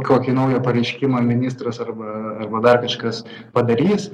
kokį naują pareiškimą ministras arba arba dar kažkas padarys